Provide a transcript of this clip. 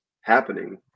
happening